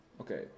Okay